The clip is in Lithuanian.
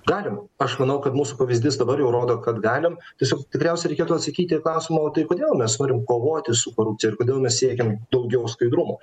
galim aš manau kad mūsų pavyzdys dabar jau rodo kad galim tiesiog tikriausiai reikėtų atsakyti į klausimą o tai kodėl mes norim kovoti su korupcija ir kodėl mes siekiam daugiau skaidrumo